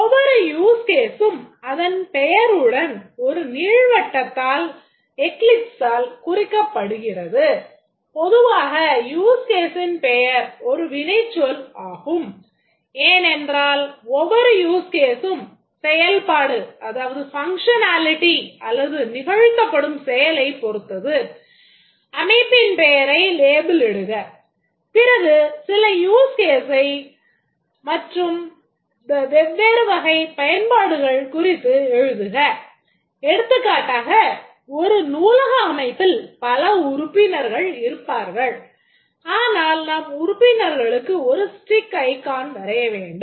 ஒவ்வொரு use case ம் அதன் பெயருடன் ஒரு நீள்வட்டத்தால் வரைய வேண்டும்